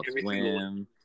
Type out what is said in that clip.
Swim